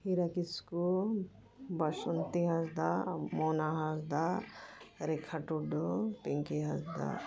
Hira Kisku Basonti Hansda Mona Hansda Rekha Tudu Pinki Hansda